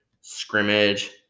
scrimmage